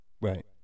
Right